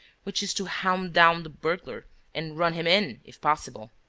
which is to hound down the burglar and run him in if possible.